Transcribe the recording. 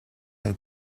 del